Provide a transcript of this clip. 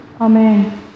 Amen